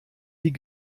die